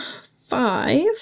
five